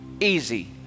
easy